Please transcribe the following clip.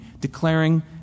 declaring